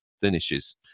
finishes